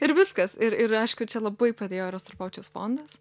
ir viskas ir ir aišku čia labai padėjo rostropovičiaus fondas